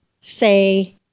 say